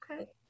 Okay